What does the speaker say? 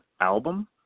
album